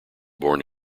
born